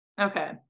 Okay